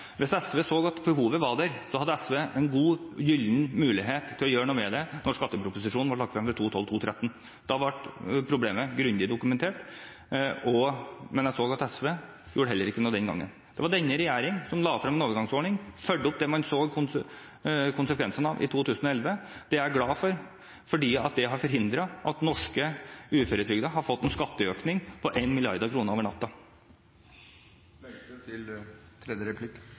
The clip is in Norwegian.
ble lagt frem. Da ble problemet grundig dokumentert, men jeg så at SV heller ikke den gangen gjorde noe. Det var denne regjeringen som la frem en overgangsordning, som fulgte opp det man så konsekvensene av i 2011. Det er jeg glad for, for det har forhindret at norske uføretrygdede har fått en skatteøkning på 1 mrd. kr over